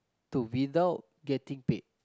to without getting paid